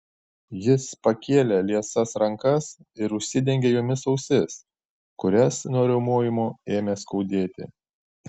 jis pakėlė liesas rankas ir užsidengė jomis ausis kurias nuo riaumojimo ėmė skaudėti